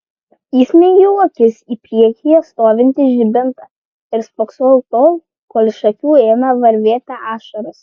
įsmeigiau akis į priekyje stovintį žibintą ir spoksojau tol kol iš akių ėmė varvėti ašaros